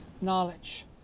knowledge